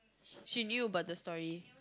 she knew about the story